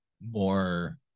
more